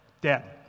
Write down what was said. dad